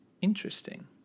Interesting